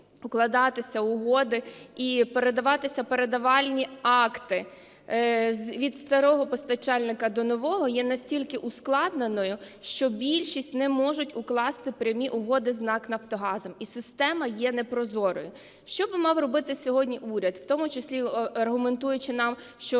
укладатися угоди і передаватися передавальні акти від старого постачальника до нового, є настільки ускладненою, що більшість не можуть укласти прямі угоди з НАК "Нафтогазом". І система є непрозорою. Що би мав робити сьогодні уряд, в тому числі аргументуючи нам, що